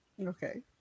Okay